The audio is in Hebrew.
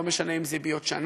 לא משנה אם זה יהיה בעוד שנה,